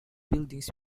buildings